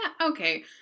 okay